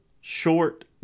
short